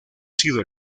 sido